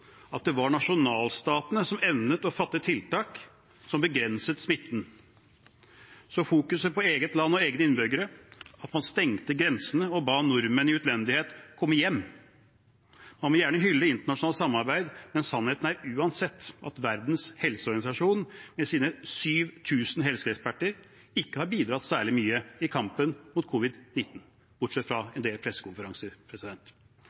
at det var nasjonalstatene som evnet å fatte tiltak som begrenset smitten. Så fokuset bør være på eget land og egne innbyggere, at man stengte grensene og ba nordmenn i utlendighet komme hjem. Man må gjerne hylle internasjonalt samarbeid, men sannheten er uansett at Verdens helseorganisasjon, med sine 7 000 helseeksperter, ikke har bidratt særlig mye i kampen mot covid-19, bortsett fra